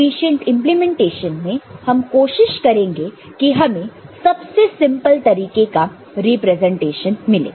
efficient implementation में हम कोशिश करेंगे कि हमें सबसे सिंपल तरीके का रिप्रेजेंटेशन मिले